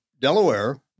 Delaware